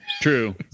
True